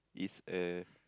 is a